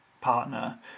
partner